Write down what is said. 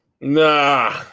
Nah